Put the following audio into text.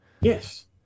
Yes